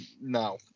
No